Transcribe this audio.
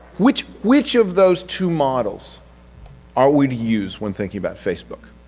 which which of those two models are we to use when thinking about facebook?